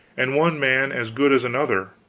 and one man as good as another,